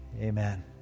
Amen